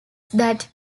that